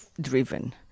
driven